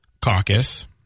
caucus